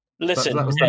Listen